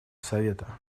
совета